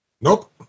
Nope